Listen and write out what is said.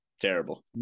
Terrible